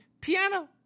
Piano